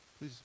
please